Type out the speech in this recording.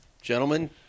Gentlemen